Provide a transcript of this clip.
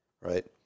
right